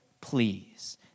please